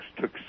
took